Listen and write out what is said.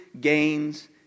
gains